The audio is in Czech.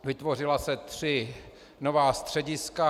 Vytvořila se tři nová střediska.